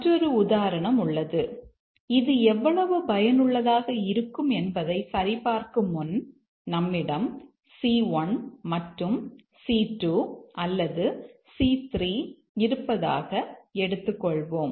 மற்றொரு உதாரணம் உள்ளது இது எவ்வளவு பயனுள்ளதாக இருக்கும் என்பதைச் சரிபார்க்கும் முன் நம்மிடம் c1 மற்றும் c2 அல்லது c3 இருப்பதாக எடுத்துக்கொள்வோம்